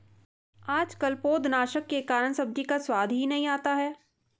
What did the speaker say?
आजकल पौधनाशक के कारण सब्जी का स्वाद ही नहीं आता है